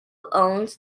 owns